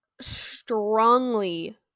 strongly